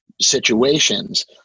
situations